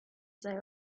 sei